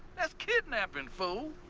that's kidnapping, fool.